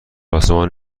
آسمان